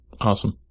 Awesome